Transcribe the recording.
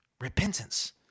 Repentance